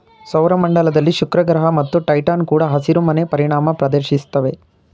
ಸೌರ ಮಂಡಲದಲ್ಲಿ ಶುಕ್ರಗ್ರಹ ಮತ್ತು ಟೈಟಾನ್ ಕೂಡ ಹಸಿರುಮನೆ ಪರಿಣಾಮನ ಪ್ರದರ್ಶಿಸ್ತವೆ